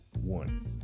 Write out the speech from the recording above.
one